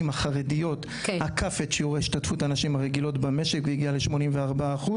החרדיות עקף את שיעור ההשתתפות של הנשים הרגילות במשק והגיע ל-84%.